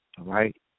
right